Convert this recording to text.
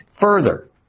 Further